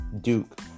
Duke